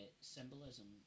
symbolism